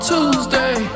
Tuesday